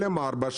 של M4,